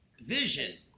vision